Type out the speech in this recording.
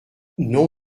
non